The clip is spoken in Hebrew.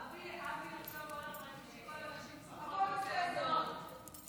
אבי עכשיו הולך להגיד שכל הנשים צריכות, כולן.